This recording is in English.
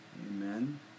Amen